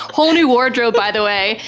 whole new wardrobe, by the way,